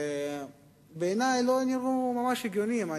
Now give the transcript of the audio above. שבעיני לא נראו ממש הגיוניים.